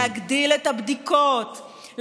להגדיל את מספר הבדיקות,